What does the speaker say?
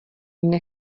mne